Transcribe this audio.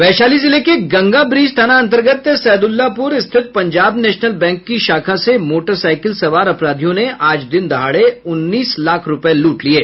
वैशाली जिले के गंगाब्रिज थाना अन्तर्गत सहदुल्लापुर स्थित पंजाब नेशनल बैंक की शाखा से मोटरसाईकिल सवार अपराधियों ने आज दिन दहाड़े उन्नीस लाख रुपए लूट लिये